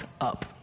up